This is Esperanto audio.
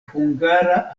hungara